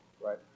right